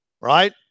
Right